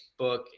Facebook